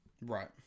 Right